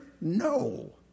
No